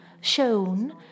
shown